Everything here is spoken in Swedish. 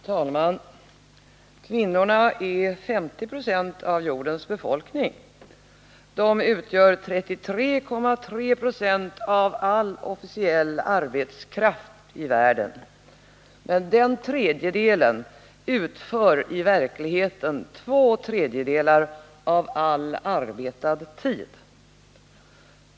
Herr talman! Kvinnorna är 50 26 av jordens befolkning. De utgör 33,3 4 av all officiell arbetskraft i världen, men den tredjedelen utför i verkligheten två tredjedelar av all arbetad tid.